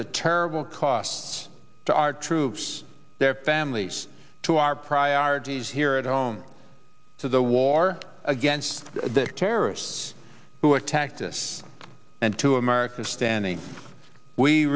the terrible costs to our troops their families to our priorities here at home to the war against the terrorists who attacked us and to america's standing we